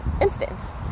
instant